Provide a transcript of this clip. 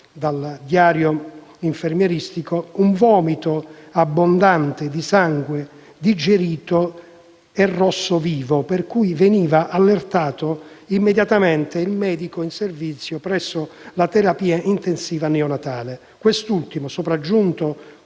la stessa infermiera rilevava "vomito abbondante di sangue digerito e rosso vivo", per cui veniva allertato immediatamente il medico in servizio presso la terapia intensiva neonatale. Quest'ultimo, sopraggiunto